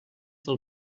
del